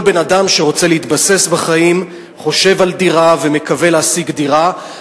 כל בן-אדם שרוצה להתבסס בחיים חושב על דירה ומקווה להשיג דירה.